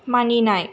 मानिनाय